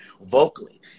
vocally